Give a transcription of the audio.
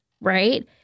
Right